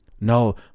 No